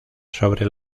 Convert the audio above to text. sobre